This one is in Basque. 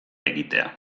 egitea